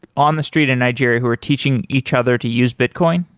on the street in nigeria who are teaching each other to use bitcoin?